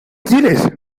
quieres